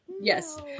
Yes